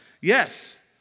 Yes